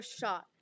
shot